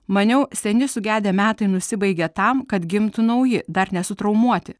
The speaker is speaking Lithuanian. maniau seni sugedę metai nusibaigia tam kad gimtų nauji dar nesutraumuoti